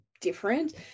different